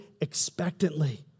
expectantly